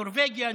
נורבגיה,